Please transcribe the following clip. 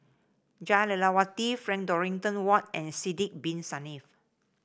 Jah Lelawati Frank Dorrington Ward and Sidek Bin Saniff